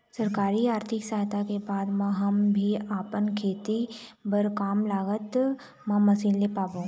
सरकारी आरथिक सहायता के बाद मा हम भी आपमन खेती बार कम लागत मा मशीन ले पाबो?